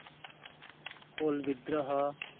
ᱠᱳᱞ ᱵᱤᱫᱽᱫᱨᱳᱦᱚ